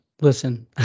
listen